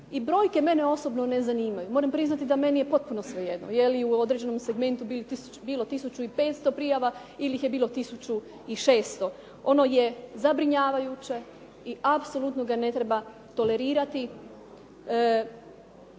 i brojke mene osobno ne zanimaju. Moram priznati da meni je potpuno svejedno je li u određenom segmentu bilo 1500 prijava ili ih je bilo 1600. Ono je zabrinjavajuće i apsolutno ga ne treba tolerirati.